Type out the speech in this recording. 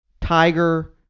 Tiger